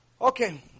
Okay